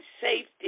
safety